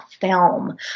film